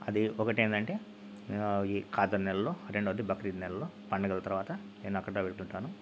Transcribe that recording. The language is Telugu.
అది ఒకటేంటంటే ఈ ఖాదర్ నెలలో రెండోది బక్రీద్ నెలలో పండగలు తర్వాత నేను అక్కడ వెళ్తుంటాను